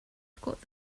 forget